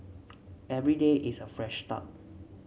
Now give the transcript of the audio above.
every day is a fresh start